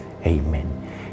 amen